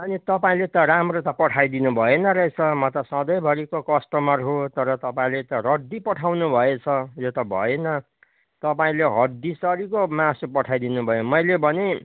अनि तपाईँले त राम्रो त पठाइदिनु भएन रहेछ म त सधैँभरिको कस्टमर हो तर तपाईँले त रद्दी पठाउनु भएछ यो त भएन तपाईँले हड्डीसरिको मासु पठाइदिनु भयो मैले भने